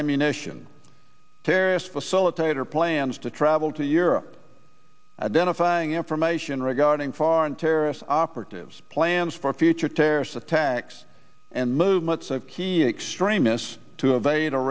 ammunition terrorist facilitator plans to travel to europe identifying information regarding foreign terrorist operatives plans for future terrorist attacks and movements of key extremists to evade a